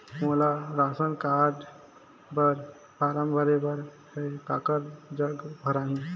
मोला ration card बर form भरे बर हे काकर जग भराही?